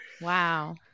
Wow